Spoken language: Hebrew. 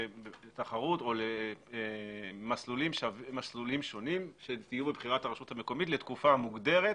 או למסלולים שונים של טיוב בחירת הרשות המקומית לתקופה מוגדרת,